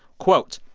quote,